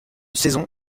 saison